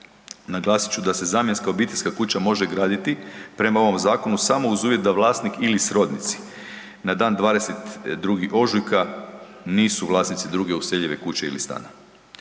Naglasit ću da se zamjenska obiteljska kuća može graditi prema ovom zakonu, samo uz uvjet da vlasnik ili srodnici na dan 22. ožujka nisu vlasnici druge useljive kuće ili stana.